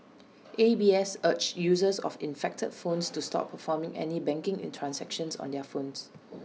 A B S urged users of infected phones to stop performing any banking transactions on their phones